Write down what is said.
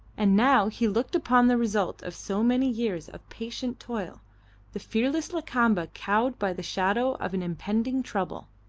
and now he looked upon the result of so many years of patient toil the fearless lakamba cowed by the shadow of an impending trouble.